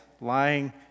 lying